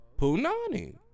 Punani